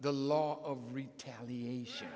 the law of retaliation